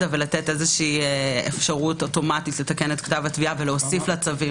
ולתת אפשרות אוטומטית לתקן את כתב התביעה ולהוסיף לה צווים.